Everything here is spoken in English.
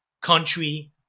country